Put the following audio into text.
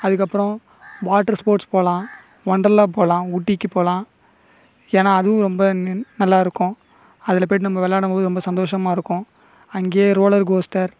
அதுக்கப்புறம் water sports போகலாம் ஒண்டர்லா போகலாம் ஊட்டிக்கு போகலாம் ஏன்னால் அதுவும் ரொம்ப ந நல்லாருக்கும் அதில் போயிட்டு நம்ம விளாடம்போது ரொம்ப சந்தோஷமாக இருக்கும் அங்கே ரோலர் கோஸ்ட்டர்